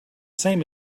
same